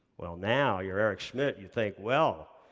well, now you're eric schmidt, you think well,